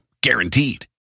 Guaranteed